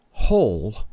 whole